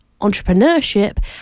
entrepreneurship